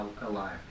alive